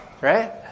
Right